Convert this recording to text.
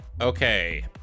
Okay